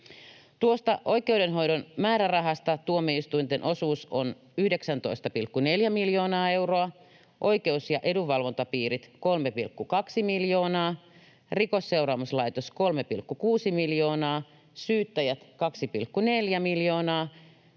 Tuosta oikeudenhoidon määrärahasta tuomioistuinten osuus on 19,4 miljoonaa euroa, oikeusapu- ja edunvalvontapiirien 3,2 miljoonaa, Rikosseuraamuslaitoksen 3,6 miljoonaa, syyttäjien 2,4 miljoonaa,